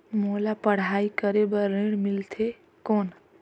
मोला पढ़ाई करे बर ऋण मिलथे कौन?